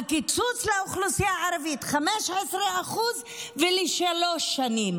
והקיצוץ לאוכלוסייה הערבית הוא 15% לשלוש שנים.